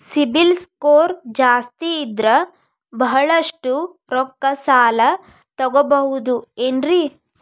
CIBIL score ಜಾಸ್ತಿ ಇದ್ರ ಬಹಳಷ್ಟು ರೊಕ್ಕ ಸಾಲ ತಗೋಬಹುದು ಏನ್ರಿ?